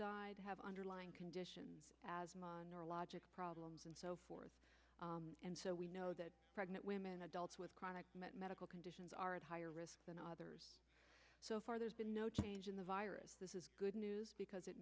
died have underlying condition as mine or logic problems and so forth and so we know that pregnant women adults with chronic medical conditions are at higher risk than others so far there's been no change in the virus this is good news because it